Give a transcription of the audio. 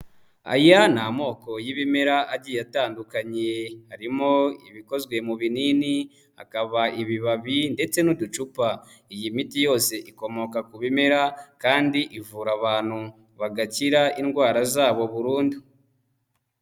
Aya ni amoko y'ibimera agiye atandukanye, harimo ibikozwe mu binini, hakaba ibibabi ndetse n'uducupa, iyi miti yose ikomoka ku bimera kandi ivura abantu bagakira indwara zabo burundu.